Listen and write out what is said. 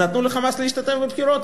נתנו ל"חמאס" להשתתף בבחירות,